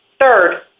Third